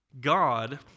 God